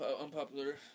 unpopular